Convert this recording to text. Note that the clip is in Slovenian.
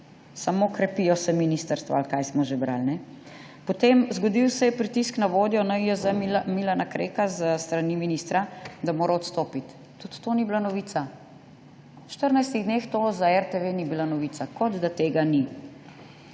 Samo krepijo se ministrstva, ali kaj smo že brali. Zgodil se je pritisk na vodjo NIJZ Milana Kreka s strani ministra, da mora odstopiti. Tudi to ni bila novica. V 14 dneh to za RTV ni bila novica, kot da tega ni.